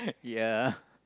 ya